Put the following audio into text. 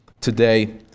today